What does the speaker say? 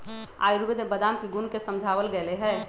आयुर्वेद में बादाम के गुण के समझावल गैले है